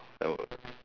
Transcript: that works